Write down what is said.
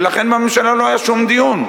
ולכן בממשלה לא היה שום דיון.